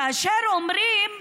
אומרים: